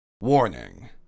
Warning